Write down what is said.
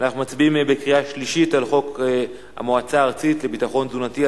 אנחנו מצביעים בקריאה שלישית על חוק המועצה הארצית לביטחון תזונתי,